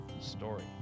story